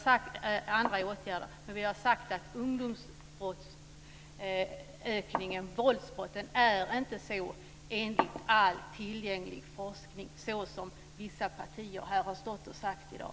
Men jag ville ha sagt att ungdomsbrottsökningen, våldsbrotten, är inte så enligt all tillgänglig forskning som vissa partier här har sagt i dag.